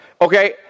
Okay